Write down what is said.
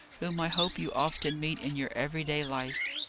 whom i hope you often meet in your every-day life.